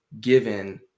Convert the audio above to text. given